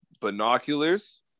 binoculars